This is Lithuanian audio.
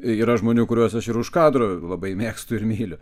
yra žmonių kuriuos aš ir už kadro labai mėgstu ir myliu